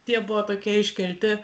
tie buvo tokie iškelti